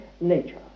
nature